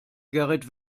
gerrit